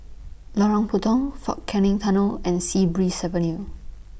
Lorong Puntong Fort Canning Tunnel and Sea Breeze Avenue